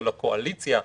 או לקואליציה,